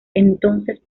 entonces